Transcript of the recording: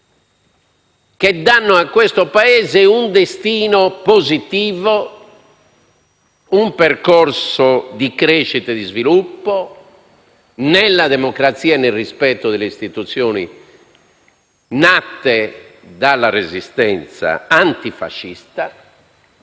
dare a questo Paese un destino positivo, un percorso di crescita e di sviluppo nella democrazia e nel rispetto delle istituzioni nate dalla Resistenza antifascista,